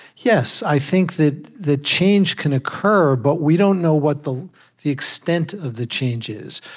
yes, i think that the change can occur, but we don't know what the the extent of the change is.